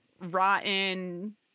rotten